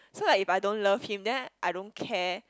so like if I don't love him then I don't care